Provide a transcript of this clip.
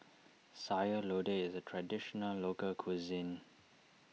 Sayur Lodeh is a Traditional Local Cuisine